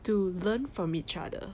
to learn from each other